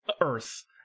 Earth